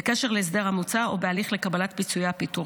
בקשר להסדר המוצע או בהליך לקבלת פיצויי הפיטורים.